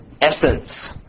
essence